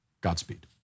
Godspeed